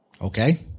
Okay